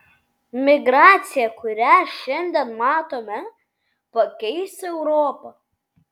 migracija kurią šiandien matome pakeis europą